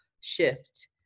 shift